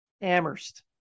Amherst